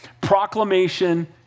proclamation